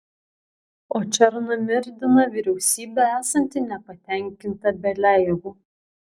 o černomyrdino vyriausybė esanti nepatenkinta beliajevu